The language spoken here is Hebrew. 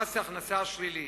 מס ההכנסה השלילי